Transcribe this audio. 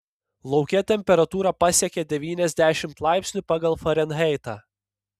lauke temperatūra pasiekė devyniasdešimt laipsnių pagal farenheitą